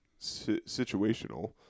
situational